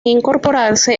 incorporarse